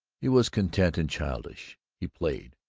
he was content and childish. he played.